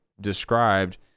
described